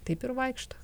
taip ir vaikšto